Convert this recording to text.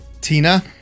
Tina